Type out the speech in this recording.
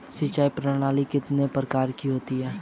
सिंचाई प्रणाली कितने प्रकार की होती हैं?